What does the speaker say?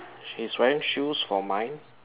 she's wearing shoes for mine